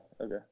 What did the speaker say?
Okay